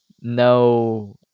no